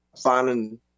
finding